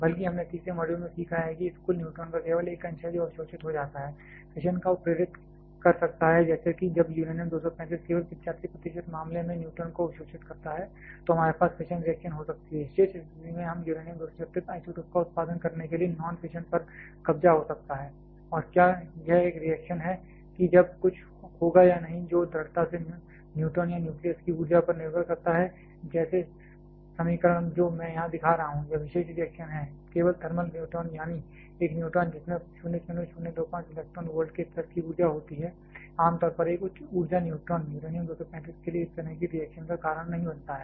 बल्कि हमने तीसरे मॉड्यूल में सीखा है कि इस कुल न्यूट्रॉन का केवल एक अंश है जो अवशोषित हो जाता है फिशन को प्रेरित कर सकता है जैसे कि जब यूरेनियम 235 केवल 85 प्रतिशत मामले में न्यूट्रॉन को अवशोषित करता है तो हमारे पास फिशन रिएक्शन हो सकती है शेष स्थिति में हम यूरेनियम 236 आइसोटोप का उत्पादन करने के लिए नॉन फिशन पर कब्जा हो सकता है और क्या यह एक रिएक्शन है कि सब कुछ होगा या नहीं जो दृढ़ता से न्यूट्रॉन या न्यूक्लियस की ऊर्जा पर निर्भर करता है जैसे समीकरण जो मैं यहां दिखा रहा हूं यह विशेष रिएक्शन है केवल थर्मल न्यूट्रॉन यानी एक न्यूट्रॉन जिसमें 0025 इलेक्ट्रॉन वोल्ट के स्तर की ऊर्जा होती है आमतौर पर एक उच्च ऊर्जा न्यूट्रॉन यूरेनियम 235 के लिए इस तरह की रिएक्शन का कारण नहीं बनता है